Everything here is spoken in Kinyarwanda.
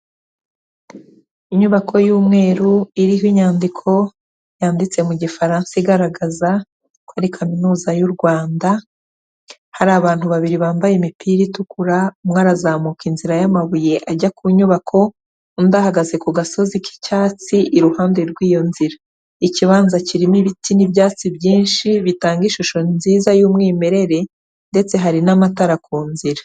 Inyubako y'umweru iriho inyandiko yanditse mu Gifaransa igaragaza ko ari kaminuza y'u Rwanda, hari abantu babiri bambaye imipira itukura, umwe arazamuka inzira y'amabuye ajya ku nyubako, undi ahagaze ku gasozi k'icyatsi iruhande rw'iyo nzira, ikibanza kirimo ibiti n'ibyatsi byinshi bitanga ishusho nziza y'umwimerere ndetse hari n'amatara ku nzira.